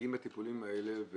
מגיעים לטיפולים האלה,